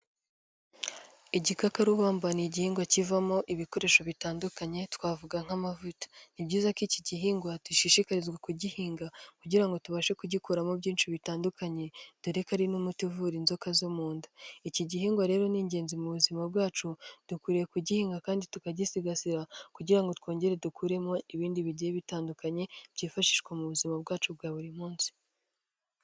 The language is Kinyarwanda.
Igikakarubamba ni igihingwa kivamo ibikoresho bitandukanye twavuga nk'amavuta ni byiza ko iki gihingwa dushishikarizwa kugihinga kugira ngo tubashe kugikuramo byinshi bitandukanye dore ko ari n'umuti uvura inzoka zo mu nda .Iki gihingwa rero ni ingenzi mu buzima bwacu dukwiriye kugihinga kandi tukagisigasira kugira ngo twongere dukuremo ibindi bigiye bitandukanye byifashishwa mu buzima bwacu bwa buri munsi.